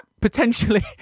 Potentially